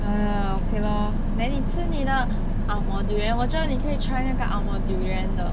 !haiya! okay lor then 你吃你的 ang moh durian 我觉得你可以 try 那个 ang moh durian 的